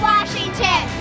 Washington